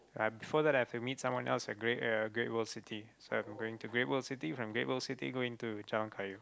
I'm further and I meet someone else at great uh Great World City so I'm going to Great World City from Great World City going to Jalan-Kayu